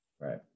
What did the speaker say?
right